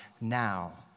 now